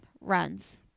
runs